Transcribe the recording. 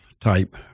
type